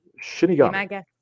shinigami